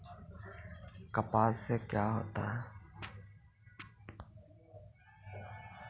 कपास से का होता है?